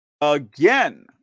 Again